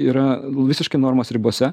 yra visiškai normos ribose